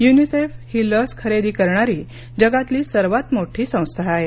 UNICEF ही लस खरेदी करणारी जगातली सर्वात मोठी संस्था आहे